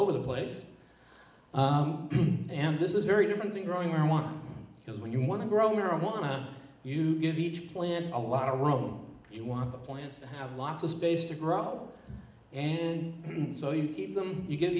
over the place and this is very different thing growing marijuana because when you want to grow marijuana you give each plant a lot of rome you want the plants have lots of space to grow and so you give them you g